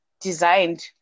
designed